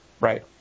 Right